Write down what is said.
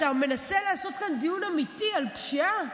אתה מנסה לעשות כאן דיון אמיתי על פשיעה,